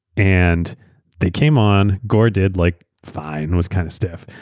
and they came on, gore did like fine, was kind of stiff.